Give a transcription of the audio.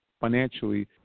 financially